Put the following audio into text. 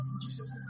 Jesus